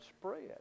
spread